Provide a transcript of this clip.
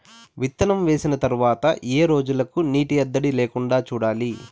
విత్తనం వేసిన తర్వాత ఏ రోజులకు నీటి ఎద్దడి లేకుండా చూడాలి?